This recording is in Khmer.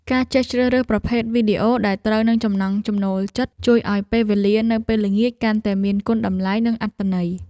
ការចេះជ្រើសរើសប្រភេទវីដេអូដែលត្រូវនឹងចំណង់ចំណូលចិត្តជួយឱ្យពេលវេលានៅពេលល្ងាចកាន់តែមានគុណតម្លៃនិងអត្ថន័យ។